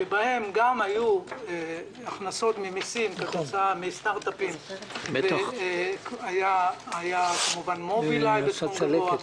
שבה גם היו הכנסות ממיסים כתוצאה מסטרטאפים: היה מוביליי בסכום גבוה,